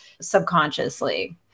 subconsciously